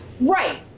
Right